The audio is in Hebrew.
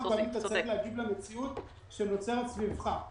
אתה צריך להגיב למציאות שנוצרת סביבך.